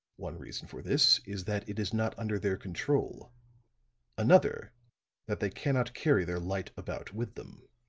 one reason for this is that it is not under their control another that they cannot carry their light about with them.